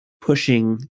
pushing